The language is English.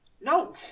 No